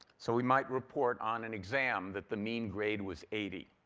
so we might report on an exam that the mean grade was eighty.